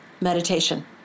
meditation